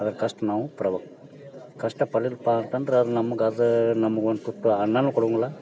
ಅದಕ್ಕೆ ಕಷ್ಟ ನಾವು ಪಡಬೇಕ್ ಕಷ್ಟಪಡ್ಲಿಲ್ಲಪ್ಪ ಅಂತಂದ್ರೆ ಅದು ನಮ್ಗೆ ಅದು ನಮ್ಗೆ ಒಂದು ತುತ್ತು ಅನ್ನನೂ ಕೊಡಂಗಿಲ್ಲ